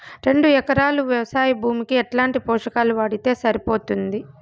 రెండు ఎకరాలు వ్వవసాయ భూమికి ఎట్లాంటి పోషకాలు వాడితే సరిపోతుంది?